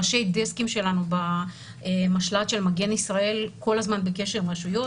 ראשי דסקים שלנו במטה של מגן ישראל כל הזמן בקשר עם הרשויות.